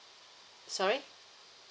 sorry